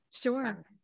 sure